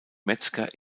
metzger